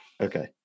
okay